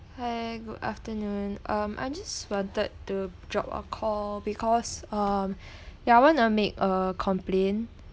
hi good afternoon um I just wanted to drop a call because um ya I want to make a complaint